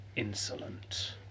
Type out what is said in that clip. insolent